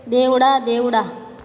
Devda Devda